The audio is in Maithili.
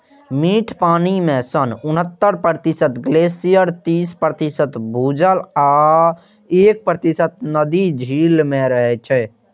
मीठ पानि मे सं उन्हतर प्रतिशत ग्लेशियर, तीस प्रतिशत भूजल आ एक प्रतिशत नदी, झील मे रहै छै